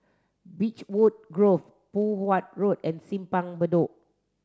Beechwood Grove Poh Huat Road and Simpang Bedok